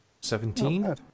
Seventeen